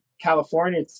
California